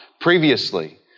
previously